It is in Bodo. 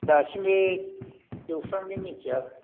दासिमबो एवस्रांनो मिनथिया